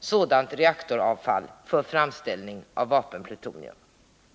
sådant reaktoravfall för framställning av vapenplutonium.